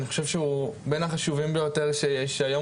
אני חושב שהוא בין החשובים ביותר שיש היום